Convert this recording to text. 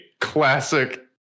classic